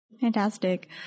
Fantastic